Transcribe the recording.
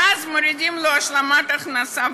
ואז מורידים לו השלמת הכנסה,